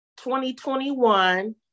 2021